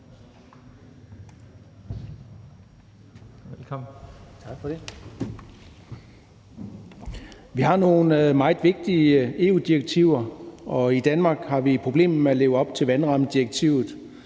Vi har nogle meget vigtige EU-direktiver. Og i Danmark har vi problemer med at leve op til vandrammedirektivet.